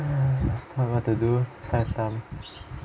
what to do suck thumb